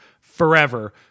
forever